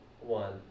one